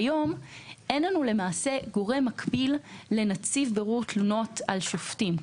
כיום אין לנו גורם מקביל לנציב בירור תלונות על שופטים,